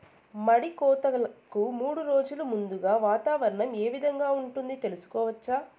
మడి కోతలకు మూడు రోజులు ముందుగా వాతావరణం ఏ విధంగా ఉంటుంది, తెలుసుకోవచ్చా?